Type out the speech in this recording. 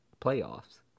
playoffs